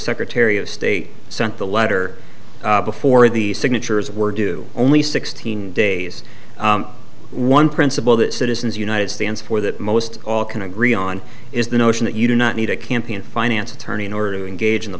secretary of state sent the letter before the signatures were due only sixteen days one principle that citizens united stands for that most all can agree on is the notion that you do not need a campaign finance attorney in order to engage in the